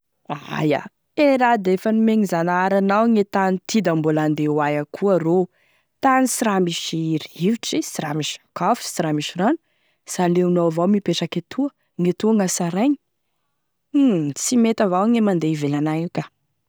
Aia e raha efa nomene Zanahary anao e tany ty da mbola handeha hoaia koa ro, tany sy raha misy rivotry, sy raha misy sakafo, sy raha misy rano, sy aleonao avao mipetraky etoa, gn'etoa gnasaraigny, sy mety avao mandeha ivelany agny io ka.